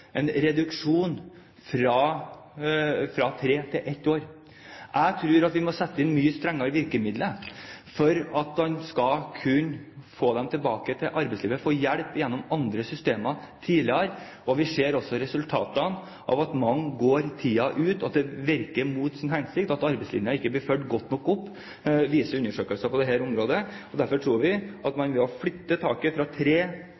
en reduksjon i perioden med overgangsstønad fra tre til ett år. Jeg tror at vi må sette inn mye strengere virkemidler for at man skal kunne få disse forsørgerne tilbake til arbeidslivet, gi dem hjelp gjennom andre systemer tidligere. Undersøkelser på dette området viser at det for mange virker mot sin hensikt å gå tiden ut, og at arbeidslinjen ikke blir fulgt godt nok opp. Derfor tror vi at man ved å flytte taket fra tre